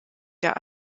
der